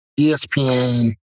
ESPN